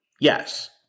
Yes